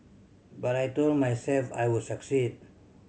but I told myself I would succeed